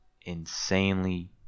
insanely